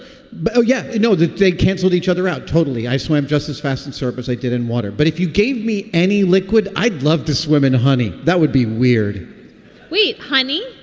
but oh, yeah. you know, did they cancel each other out? totally. i swam just as fast and serp as i did in water. but if you gave me any liquid i'd love to swim in, honey. that would be weird sweet. honey.